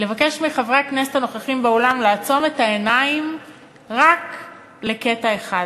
לבקש מחברי הכנסת הנוכחים באולם לעצום את העיניים רק לקטע אחד.